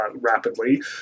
rapidly